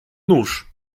nóż